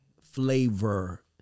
flavor